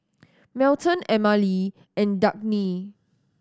Melton Emmalee and Dagny